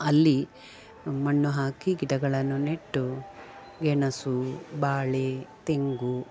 ಅಲ್ಲಿ ಮಣ್ಣು ಹಾಕಿ ಗಿಡಗಳನ್ನು ನೆಟ್ಟು ಗೆಣಸು ಬಾಳೆ ತೆಂಗು